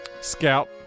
Scout